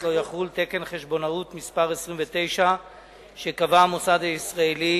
לא יחול תקן חשבונאות מס' 29 שקבע המוסד הישראלי